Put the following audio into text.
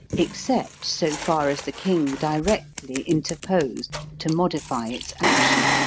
except so far as the king directly interposed to modify its action.